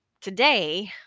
today